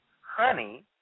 Honey